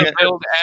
build